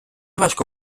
важко